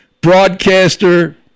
broadcaster